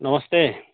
नमस्ते